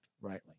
rightly